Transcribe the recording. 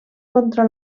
contra